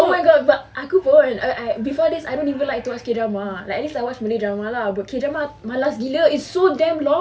oh my god but aku pun before this I don't even like to watch K drama like I just I watch malay drama lah K drama malas gila so damn long